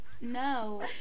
no